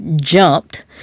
jumped